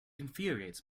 infuriates